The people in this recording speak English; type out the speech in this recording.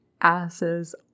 asses